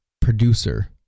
producer